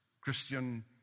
Christian